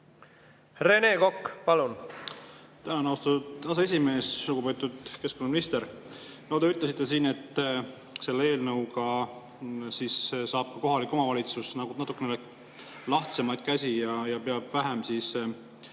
Rene Kokk, palun!